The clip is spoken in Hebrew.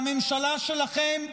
הממשלה שלכם,